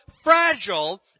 Fragile